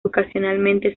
ocasionalmente